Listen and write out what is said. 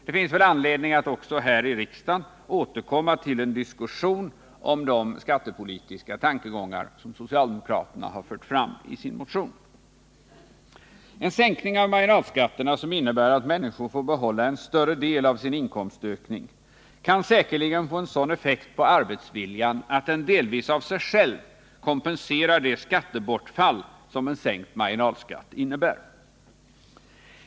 Det finns väl anledning att också här i riksdagen återkomma till en diskussion om de skattepolitiska tankegångar som socialdemokraterna har fört fram i sin motion. En sänkning av marginalskatterna, som innebär att människor får behålla en större del av sin inkomstökning, kan säkerligen få en sådan effekt på arbetsviljan att den delvis av sig själv kompenserar det skattebortfall som en sänkt marginalskatt innebär.